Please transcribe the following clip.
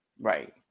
Right